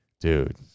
dude